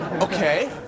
Okay